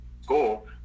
school